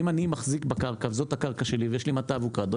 אם אני מחזיק בקרקע וזאת הקרקע שלי ויש לי מטע אבוקדו,